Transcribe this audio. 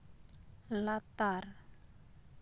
ᱞᱟᱛᱟᱨ